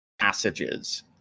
passages